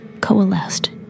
coalesced